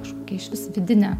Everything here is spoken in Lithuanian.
užkišus vidinę